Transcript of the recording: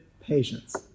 patience